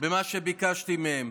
במה שביקשתי מהם.